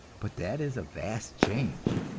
but that is a vast change,